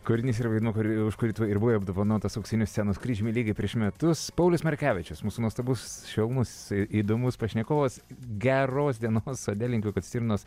kūrinys ir vaidmuo už kurį tu buvai apdovanotas auksiniu scenos kryžiumi lygiai prieš metus paulius markevičius mūsų nuostabus švelnus įdomus pašnekovas geros dienos sode linkiu kad stirnos